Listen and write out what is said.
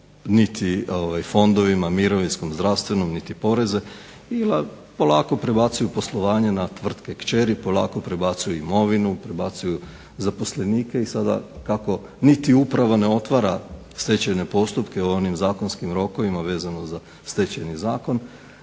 niti fondovima, mirovinskom, zdravstvenom niti poreze i polako prebacuju poslovanje na tvrtke kćeri, polako prebacuju imovinu, prebacuju zaposlenike i sada kako niti uprava ne otvara stečajne postupke …/Snimka loša, ne čuje se./… stečajni zakon,